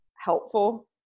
helpful